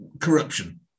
Corruption